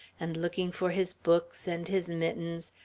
and looking for his books and his mittens,